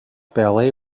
ballet